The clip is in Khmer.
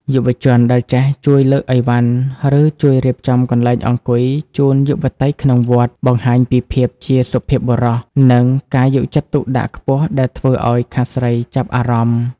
យុវជនដែលចេះជួយលើកអីវ៉ាន់ ឬជួយរៀបចំកន្លែងអង្គុយជូនយុវតីក្នុងវត្ត បង្ហាញពីភាពជាសុភាពបុរស និងការយកចិត្តទុកដាក់ខ្ពស់ដែលធ្វើឱ្យខាងស្រីចាប់អារម្មណ៍។